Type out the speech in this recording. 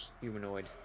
humanoid